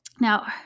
Now